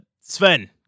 Sven